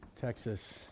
Texas